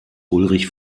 ulrich